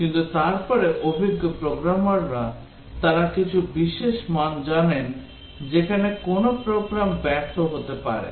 কিন্তু তারপরে অভিজ্ঞ প্রোগ্রামাররা তারা কিছু বিশেষ মান জানেন যেখানে কোনও প্রোগ্রাম ব্যর্থ হতে পারে